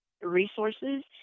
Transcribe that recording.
resources